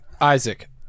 Isaac